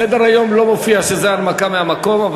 בסדר-היום לא מופיע שזאת הנמקה מהמקום.